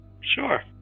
Sure